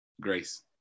Grace